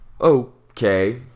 Okay